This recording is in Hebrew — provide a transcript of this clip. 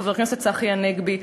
חבר הכנסת צחי הנגבי,